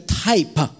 type